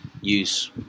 use